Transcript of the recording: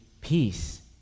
peace